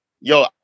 yo